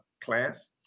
class